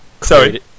Sorry